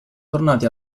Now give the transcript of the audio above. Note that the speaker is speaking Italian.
tornati